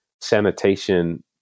sanitation